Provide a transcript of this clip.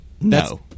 no